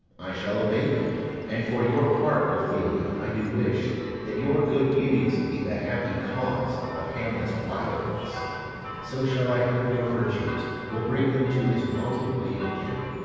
i shall obey you and for your part, ophelia, i do wish that your good beauties be the happy cause of hamlet's wildness so shall i hope your virtues will bring him to his wonted way again,